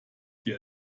dir